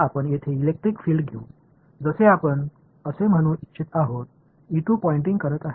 n எந்த வெக்டரையும் கடக்கும்போது n க்கு செங்குத்தாகவும் n எல்லைக்கு செங்குத்தாகவும் இருக்கும்